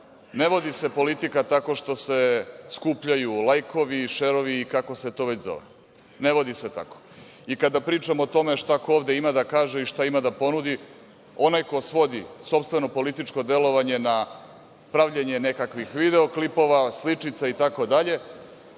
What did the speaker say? vodi se politika tako što se skupljaju lajkovi, šerovi i kako se to već zove. Ne vodi se tako. Kada pričamo o tome šta ko ovde ima da kaže i šta ima da ponudi, onaj ko svodi sopstvenu političko delovanje na pravljenje nekakvih video klipova, sličica itd. taj